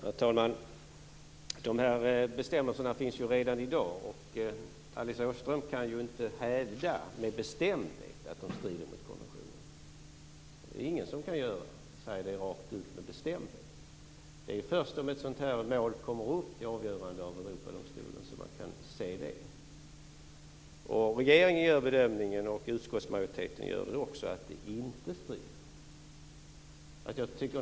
Herr talman! De här bestämmelserna finns ju redan i dag. Alice Åström kan ju inte hävda med bestämdhet att de strider mot konventionen. Det är ingen som kan göra det, ingen kan säga det rakt ut med bestämdhet. Det är först när ett sådant här mål kommer upp till avgörande i Europadomstolen som man kan se det. Regeringen och utskottsmajoriteten gör bedömningen att det inte strider mot konventionen.